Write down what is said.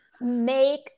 make